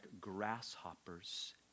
grasshoppers